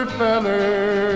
feller